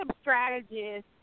strategist